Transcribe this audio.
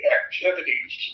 activities